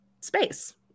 space